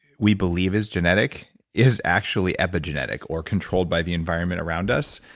we believe is genetic is actually epigenetic or controlled by the environment around us.